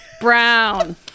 brown